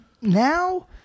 Now